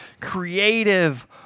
creative